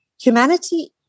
humanity